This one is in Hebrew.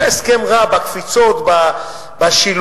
הוא היה הסכם רע, בקפיצות, בשילובים.